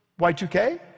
Y2K